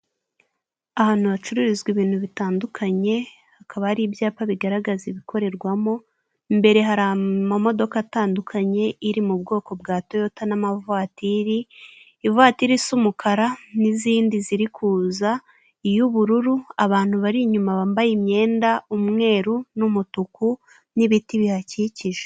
Ahantu hacururizwa ibintu bitandukanye, hakaba hari ibyapa bigaragaza ibikorerwamo, imbere hari amamodoka atandukanye iri mu bwoko bwa toyota n'amavatiri. Ivatiri isa umukara n'izindi ziri kuza, iy'ubururu, abantu bari inyuma bambaye imyenda umweru n'umutuku n'ibiti bihakikije.